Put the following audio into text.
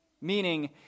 Meaning